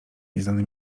nieznane